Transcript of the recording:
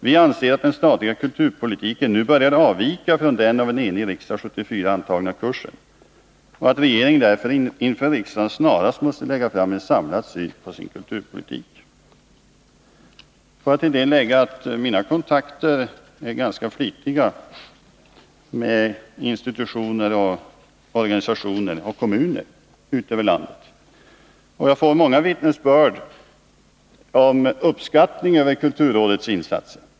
Vi anser att den statliga kulturpolitiken nu börjar avvika från den av en enig riksdag 1974 antagna kursen, och att regeringen därför inför riksdagen snarast måste lägga fram en samlad syn på sin kulturpolitik.” Jag har ganska flitigt kontakter med institutioner, organisationer och kommuner ute i landet. Jag får många vittnesbörd om uppskattning av kulturrådets insatser.